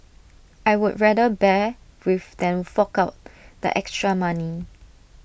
I would rather bear with than fork out the extra money